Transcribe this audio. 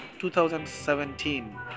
2017